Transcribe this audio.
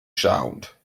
sound